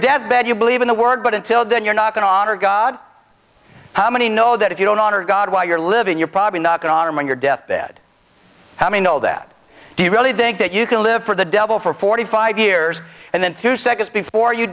deathbed you believe in the word but until then you're not going to honor god how many know that if you don't honor god while you're living you're probably not going to honor him on your deathbed how many know that do you really think that you can live for the devil for forty five years and then two seconds before you